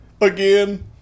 again